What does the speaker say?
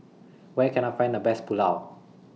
Where Can I Find The Best Pulao